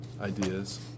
ideas